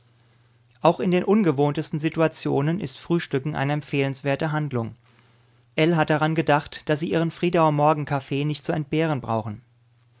auch in den ungewohntesten situationen ist frühstücken eine empfehlenswerte handlung ell hat daran gedacht daß sie ihren friedauer morgenkaffee nicht zu entbehren brauchen